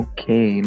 Okay